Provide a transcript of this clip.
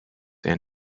and